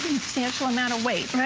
substantial amount of weight,